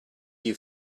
you